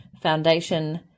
foundation